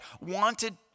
wanted